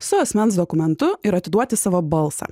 su asmens dokumentu ir atiduoti savo balsą